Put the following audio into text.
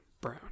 Brown